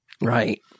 right